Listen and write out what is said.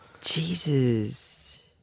Jesus